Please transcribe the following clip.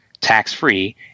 tax-free